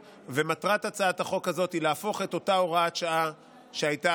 ומטרת הצעת החוק הזאת היא להפוך את אותה הוראת שעה שהייתה